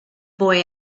boy